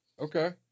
Okay